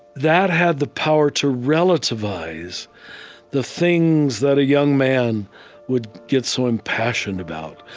that had the power to relativize the things that a young man would get so impassioned about,